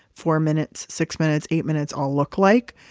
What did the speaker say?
four minutes, six minutes, eight minutes all look like.